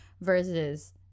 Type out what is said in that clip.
versus